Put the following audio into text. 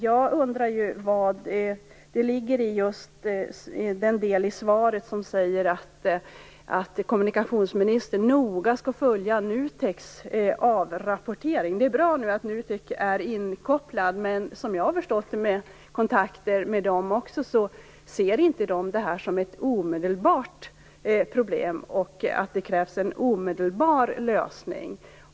Jag undrar vad som döljer sig i svaret att kommunikationsministern noga skall följa NUTEK:s avrapportering. Det är bra att NUTEK är inkopplat. Men i mina kontakter med NUTEK har jag förstått att man där inte ser något omedelbart problem eller att det krävs en omedelbar lösning.